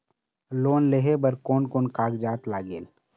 Loan लेहे बर कोन कोन कागजात लागेल?